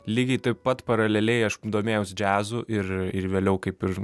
lygiai taip pat paraleliai aš domėjaus džiazu ir ir vėliau kaip ir